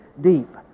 deep